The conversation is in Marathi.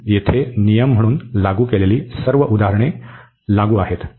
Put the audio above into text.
म्हणून येथे नियम म्हणून लागू केलेली सर्व उदाहरणे लागू आहेत